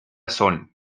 son